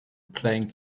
playing